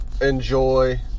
Enjoy